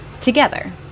together